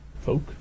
folk